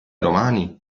romani